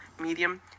medium